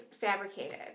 fabricated